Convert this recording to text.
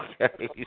Okay